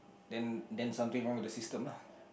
then then something wrong with the system lah